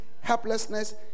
helplessness